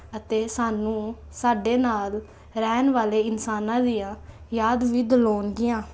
ਅਤੇ ਸਾਨੂੰ ਸਾਡੇ ਨਾਲ ਰਹਿਣ ਵਾਲੇ ਇਨਸਾਨਾਂ ਦੀਆਂ ਯਾਦ ਵੀ ਦਿਲਾਉਣਗੀਆਂ